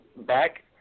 Back